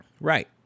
Right